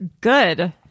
Good